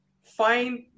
Find